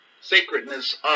sacredness